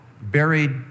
buried